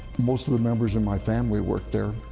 most of the members in my family worked there.